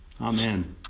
Amen